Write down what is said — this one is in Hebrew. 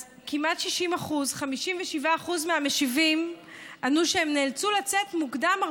אז כמעט 60% 57% מהמשיבים ענו שהם נאלצו לצאת מהבית